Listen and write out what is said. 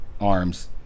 arms